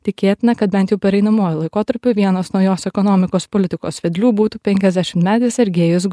tikėtina kad bent jau pereinamuoju laikotarpiu vienas naujos ekonomikos politikos vedlių būtų penkiasdešimtmetis sergejus